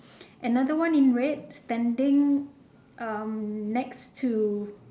another one in red standing um next to